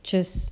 just